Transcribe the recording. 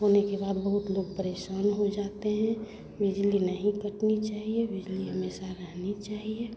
होने के बाद बहुत लोग परेशान हो जाते हैं बिजली नहीं कटनी चाहिए बिजली हमेशा रहनी चाहिए